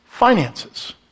finances